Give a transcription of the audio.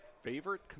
Favorite